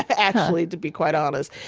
actually, to be quite honest.